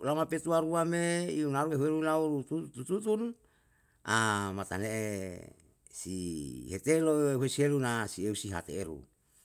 lama petua rua me iunahu ehuwe nau utun tu tutun, matane'e si hetelo huwesieru na si eu si hate eru